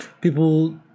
people